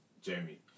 Jamie